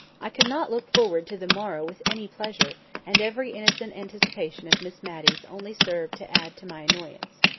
i could not look forward to the morrow with any pleasure and every innocent anticipation of miss matty's only served to add to my annoyance.